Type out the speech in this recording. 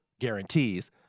guarantees